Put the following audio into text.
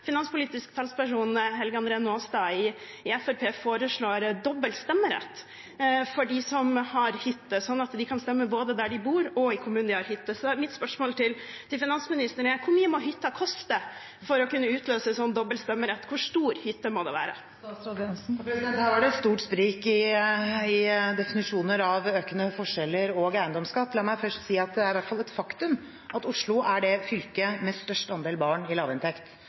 Finanspolitisk talsperson, Helge André Njåstad, i Fremskrittspartiet foreslår dobbel stemmerett for dem som har hytter, slik at de kan stemme både der de bor, og i kommunen der de har hytte. Mitt spørsmål til finansministeren er: Hvor mye må hytta koste for å kunne utløse en dobbel stemmerett? Hvor stor hytte må det være? Her var det et stort sprik – fra definisjoner av økende forskjeller til eiendomsskatt. La meg først si at det er i hvert fall et faktum at Oslo er fylket med størst andel barn i